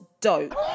dope